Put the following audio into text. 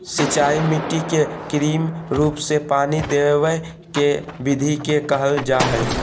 सिंचाई मिट्टी के कृत्रिम रूप से पानी देवय के विधि के कहल जा हई